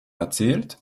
erzählt